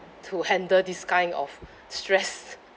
to handle this kind of stress